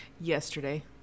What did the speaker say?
Yesterday